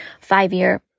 five-year